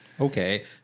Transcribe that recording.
Okay